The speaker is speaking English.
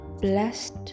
blessed